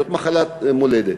זו מחלה מולדת.